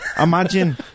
Imagine